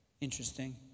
Interesting